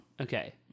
Okay